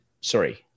sorry